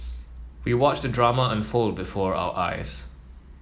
we watched the drama unfold before our eyes